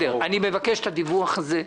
הדיווח הזה.